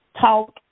talk